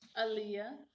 Aaliyah